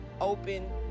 open